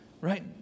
Right